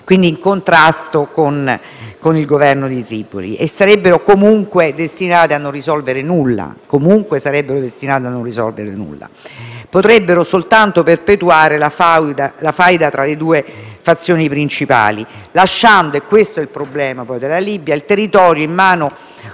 quindi in contrasto con il Governo di Tripoli, e sarebbero comunque destinate a non risolvere nulla: potrebbero soltanto perpetuare la faida tra le due fazioni principali lasciando - questo è il problema della Libia - il territorio